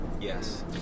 Yes